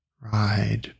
ride